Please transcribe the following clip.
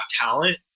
talent